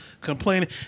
Complaining